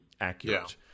accurate